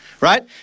Right